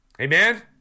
Amen